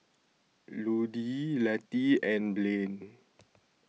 Ludie Lettie and Blain